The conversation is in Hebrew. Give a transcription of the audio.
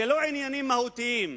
לא על עניינים מהותיים.